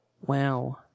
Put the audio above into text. Wow